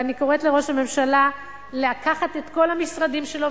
ואני קוראת לראש הממשלה לקחת את כל המשרדים שלו,